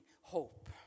Hope